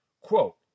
Quote